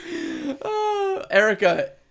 Erica